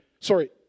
sorry